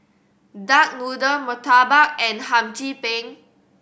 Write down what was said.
duck noodle murtabak and Hum Chim Peng